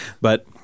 but-